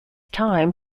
time